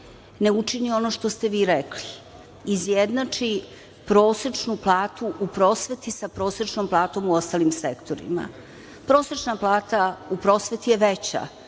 ne učini ono što ste vi rekli, izjednači prosečnu platu u prosveti sa prosečnom platom u ostalim sektorima. Prosečna plata u prosveti je veća